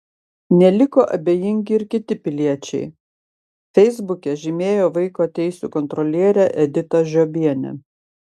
neliko abejingi ir kiti piliečiai feisbuke žymėjo vaiko teisių kontrolierę editą žiobienę